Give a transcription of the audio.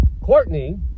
Courtney